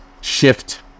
shift